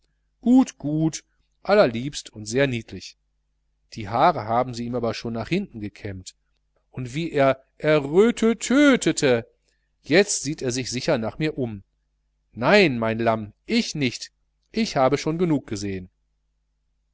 gut gut allerliebst und sehr niedlich die haare haben sie ihm aber schon nach hinten gekämmt und wie er errötötöte jetzt sieht er sich sicher nach mir um nein mein lamm ich nicht ich habe schon genug gesehn